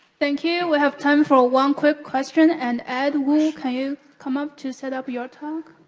thank you. we have time for one quick question. and ed wu, can you come up to set up your talk?